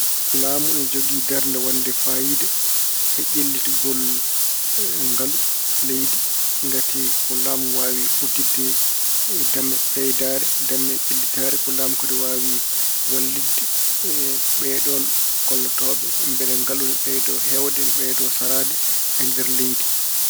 Laamu ene jogii darnde waɗde faayiida e ƴellitgol ngalu leydi ngati ko laamu waawi udditde dame ɓeydaare, dame ƴellitaare. Ko laamu kadi waawi wallitde ɓeeɗoon gollotooɓe mbele ngalu ene ɓeydo heewde, ɓeydo saraade e nder leydi.